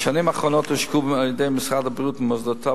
בשנים האחרונות הושקעו על-ידי משרד הבריאות במוסדותיו